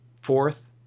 fourth